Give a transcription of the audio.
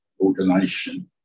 ordination